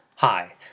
Hi